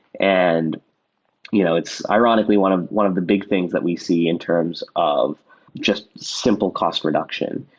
and you know it's ironically one ah one of the big things that we see in terms of just simple cost reduction.